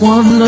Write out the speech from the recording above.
One